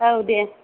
औ दे